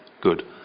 good